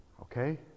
Okay